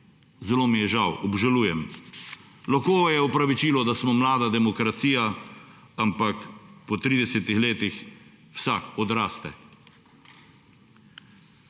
Zelo mi je žal. Obžalujem. Lahko nam je v opravičilo, da smo mlada demokracija, ampak po 30 letih vsak odraste.